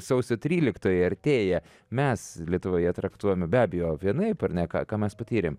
sausio tryliktoji artėja mes lietuvoje traktuojame be abejo vienaip ar ne ką ką mes patyrėm